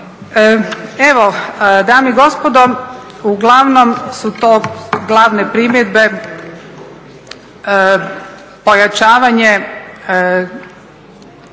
Evo, dame i gospodo uglavnom su to glavne primjedbe. Pojačavanje